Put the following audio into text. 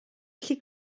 gallu